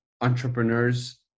entrepreneurs